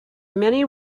many